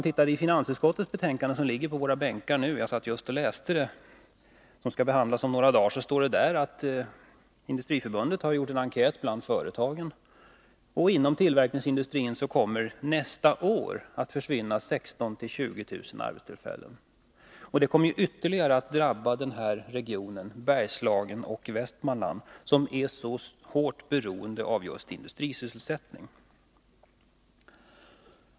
I finansutskottets betänkande, som skall behandlas om några dagar — det ligger nu på våra bänkar och jag satt just och läste i det — står det att Industriförbundet har gjort en enkät bland företagen som visar att det nästa år kommer att försvinna 16 000-20 000 arbetstillfällen inom tillverkningsindustrin. Det kommer att ytterligare drabba regionen Bergslagen och Västmanland, som är så hårt beroende av just industrisysselsättningen.